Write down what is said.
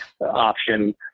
option